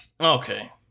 Okay